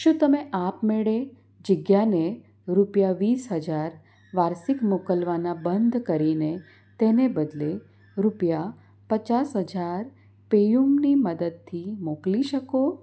શું તમે આપ મેળે જીજ્ઞાને રૂપિયા વીસ હજાર વાર્ષિક મોકલવાના બંધ કરીને તેને બદલે રૂપિયા પચાસ હજાર પેયુમની મદદથી મોકલી શકો